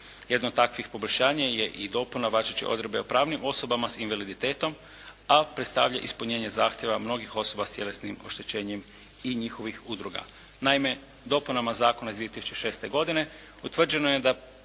Jedno od takvih poboljšanja je i dopuna važeće odredbe o pravnim osobama sa invaliditetom, a predstavlja ispunjenje zahtjeva mnogih osoba sa tjelesnim oštećenjem i njihovih udruga. Naime, dopunama zakona iz 2006. godine utvrđeno je da